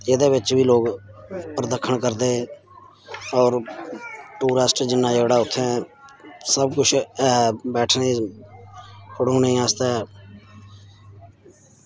जेह्दे बिच्च बी लोग परदक्खन करदे होर टूरिस्ट जिन्ना जेह्ड़ा उत्थें सब कुछ ऐ बैठने ई खड़ोने आस्तै